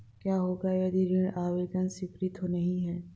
क्या होगा यदि ऋण आवेदन स्वीकृत नहीं है?